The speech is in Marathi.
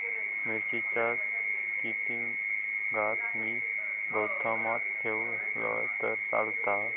मिरची कीततागत मी गोदामात ठेवलंय तर चालात?